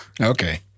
Okay